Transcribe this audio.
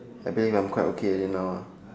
I believe I'm quite okay already now lah